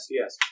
yes